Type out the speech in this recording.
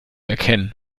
erkennen